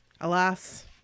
alas